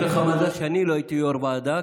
יש לך מזל שאני לא הייתי יו"ר ועדה,